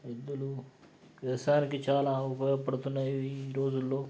ఎద్దులు వ్యవసాయానికి చాలా ఉపయోగపడుతున్నాయి ఈరోజుల్లో